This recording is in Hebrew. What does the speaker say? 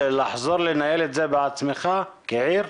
לחזור לנהל את זה בעצמך כעיר?